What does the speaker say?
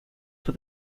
for